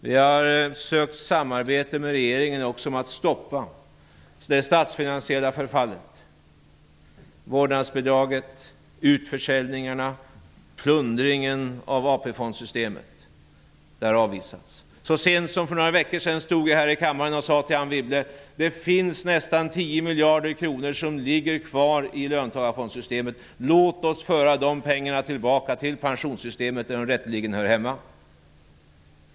Vi har sökt samarbete med regeringen också om att stoppa det statsfinansiella förfallet: vårdnadsbidraget, utförsäljningarna, plundringen av AP-fondssystemet. Det har avvisats. Så sent som för några veckor sedan stod jag här i kammaren och sade till Anne Wibble: Det finns nästan 10 miljarder kronor som ligger kvar i löntagarfondssystemet. Låt oss föra de pengarna tillbaka till pensionssystemet, där de rätteligen hör hemma!